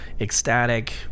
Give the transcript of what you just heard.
ecstatic